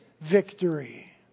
victory